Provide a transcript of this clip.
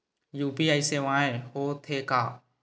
UPI सेवाएं हो थे का?